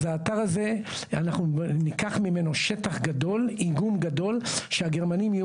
האתר הזה אנחנו ניקח ממנו שטח גדול שהגרמנים יהיו